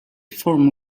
form